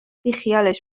بیخیالش